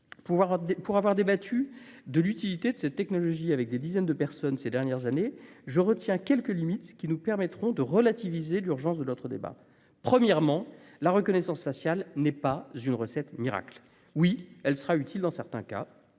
Pour avoir débattu de l'utilité de cette technologie avec des dizaines de personnes ces dernières années, je retiens quelques limites qui nous permettront de relativiser l'urgence de notre débat. Premièrement, la reconnaissance faciale n'est pas une recette miracle. Oui, elle sera utile dans certains cas